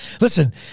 Listen